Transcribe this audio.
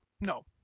No